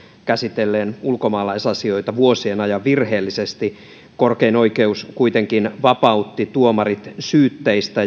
käsitelleen ulkomaalaisasioita vuosien ajan virheellisesti korkein oikeus kuitenkin vapautti tuomarit syytteistä